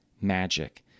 magic